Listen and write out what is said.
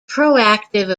proactive